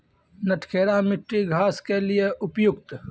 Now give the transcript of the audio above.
नटखेरा मिट्टी घास के लिए उपयुक्त?